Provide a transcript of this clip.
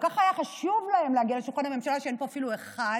כל כך היה חשוב להם להגיע לשולחן הממשלה שאין פה אפילו אחד.